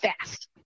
fast